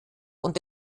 und